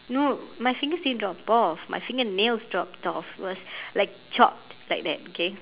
no my fingers didn't drop off my fingernails dropped off it was like chopped like that okay